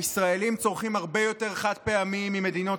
הישראלים צורכים הרבה יותר חד-פעמי ממדינות